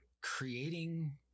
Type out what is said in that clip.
creating